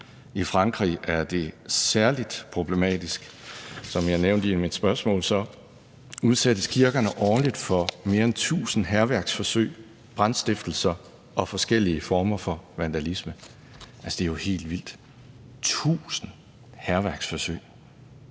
I Frankrig er det særlig problematisk. Som jeg nævnte i mit spørgsmål, udsættes kirkerne årligt for mere end tusind hærværksforsøg, brandstiftelse og forskellige former for vandalisme. Det er jo helt vildt – tusind hærværksforsøg